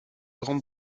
grande